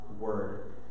word